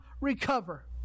recover